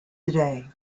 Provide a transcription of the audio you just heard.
today